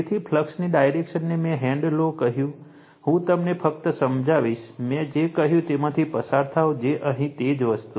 તેથી ફ્લક્સની ડાયરેક્શનને મેં હેન્ડ લૉ કહ્યું હું તમને ફક્ત સમજાવીશ મેં જે કહ્યું તેમાંથી પસાર થાઓ જે અહીં છે તે જ વસ્તુ